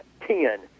ten